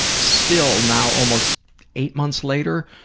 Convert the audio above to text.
still now almost eight months later,